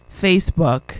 Facebook